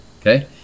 Okay